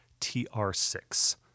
TR6